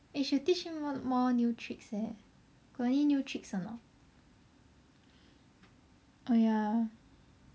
eh should teach him more more new tricks leh got any new tricks or not oh ya